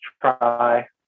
try